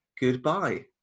goodbye